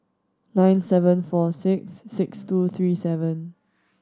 nine seven four six six two three seven